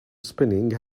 spinning